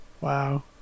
Wow